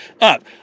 up